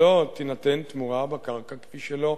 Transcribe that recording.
לא תינתן תמורה בקרקע, כפי שלא